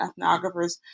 ethnographers